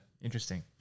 interesting